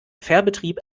fährbetrieb